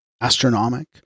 Astronomic